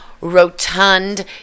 rotund